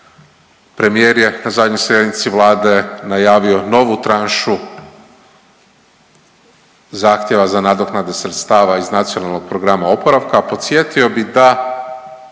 premijer je na zadnjoj sjednici vlade najavio novu tranšu zahtjeva za nadoknadu sredstava iz NPOO-a. Podsjetio bih da